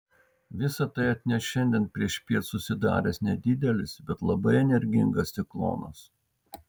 visa tai atneš šiandien priešpiet susidaręs nedidelis bet labai energingas ciklonas